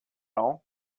all